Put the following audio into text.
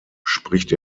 spricht